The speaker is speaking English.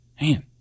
Man